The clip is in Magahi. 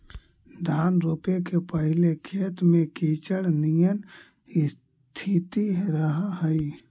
धान रोपे के पहिले खेत में कीचड़ निअन स्थिति रहऽ हइ